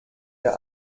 der